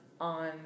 on